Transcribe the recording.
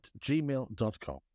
gmail.com